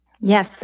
Yes